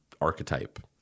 archetype